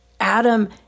Adam